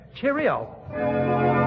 Cheerio